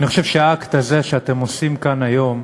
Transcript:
אני חושב שהאקט הזה שאתם עושים כאן היום,